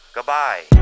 Goodbye